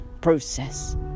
process